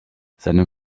seinem